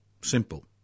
Simple